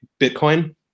Bitcoin